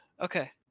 Okay